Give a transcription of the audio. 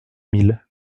mille